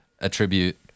attribute